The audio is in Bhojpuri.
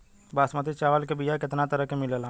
बासमती चावल के बीया केतना तरह के मिलेला?